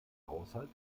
haushalt